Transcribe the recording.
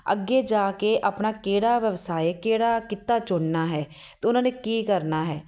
ਅੱਗੇ ਜਾ ਕੇ ਆਪਣਾ ਕਿਹੜਾ ਵਿਵਸਾਏ ਕਿਹੜਾ ਕਿੱਤਾ ਚੁਣਨਾ ਹੈ ਅਤੇ ਉਹਨਾਂ ਨੇ ਕੀ ਕਰਨਾ ਹੈ